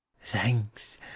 thanks